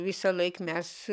visąlaik mes